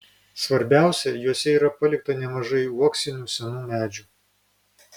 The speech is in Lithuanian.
svarbiausia juose yra palikta nemažai uoksinių senų medžių